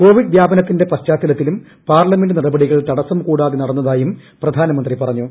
Covid വ്യാപനത്തിന്റെ പശ്ചാത്തലത്തിലും parliament നടപടികൾ തടസം കൂടാതെ നടന്നതായും പ്രധാനമന്ത്രി പറഞ്ഞു